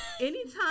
Anytime